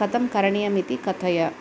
कथं करणीयम् इति कथय